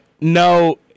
No—